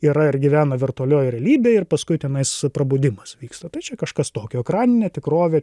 yra ir gyvena virtualioj realybėj ir paskui tenais prabudimas vyksta tai čia kažkas tokio ekraninė tikrovė